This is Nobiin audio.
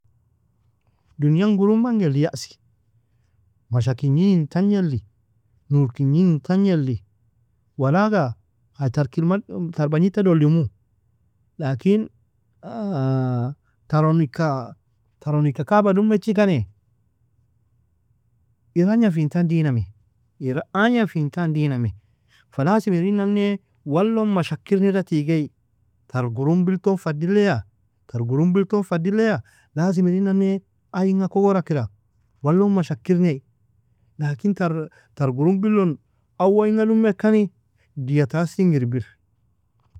Dunian gurumbangelli yaassi, masha kignin in tagneli, nuor kignin in tagneli, walaga ai tar kilmag, tar bagnita dolimu, لكن taron ika, taron ika kaba dumechikani ir agnafintan diname, ir agnafintani dinam, falasim irinane wallon mashaka igrneda tigai, tar gurumbilton fadiliya, tar gurumbilton fadiliya لازم irinane, ainga kogora kira, wallon mashak irgni, لكن tar gurumbilon awo inga dumekani, diya tasinga irbir.